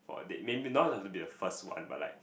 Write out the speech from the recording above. for they maybe not have to be the first one but like